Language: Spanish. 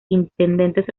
intendentes